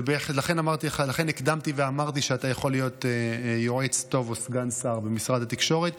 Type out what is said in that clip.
לכן הקדמתי ואמרתי שאתה יכול להיות יועץ טוב או סגן שר במשרד התקשורת,